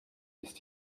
ist